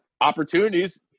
opportunities